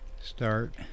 Start